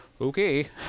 okay